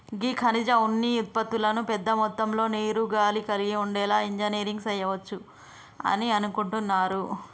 గీ ఖనిజ ఉన్ని ఉత్పతులను పెద్ద మొత్తంలో నీరు, గాలి కలిగి ఉండేలా ఇంజనీరింగ్ సెయవచ్చు అని అనుకుంటున్నారు